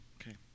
okay